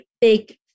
big